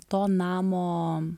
to namo